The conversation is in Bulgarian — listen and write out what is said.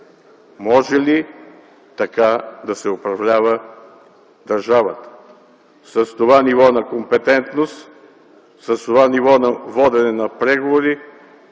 може ли така да се управлява държавата, с това ниво на компетентност, с това ниво на водене на преговори,